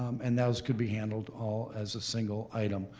um and those could be handled all as a single item.